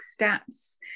stats